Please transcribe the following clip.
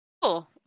Cool